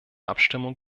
abstimmung